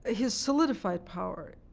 ah he's solidified power.